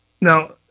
now